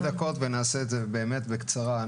בשתי דקות ונעשה את זה באמת בקצרה.